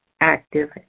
active